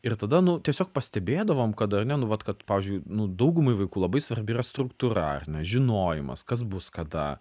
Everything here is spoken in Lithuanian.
ir tada nu tiesiog pastebėdavom kad ane nu vat kad pavyzdžiui nu daugumai vaikų labai svarbi yra struktūra ar ne žinojimas kas bus kada